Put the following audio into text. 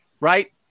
Right